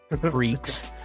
freaks